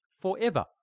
forever